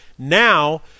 Now